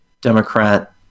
democrat